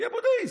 תהיה בודהיסט,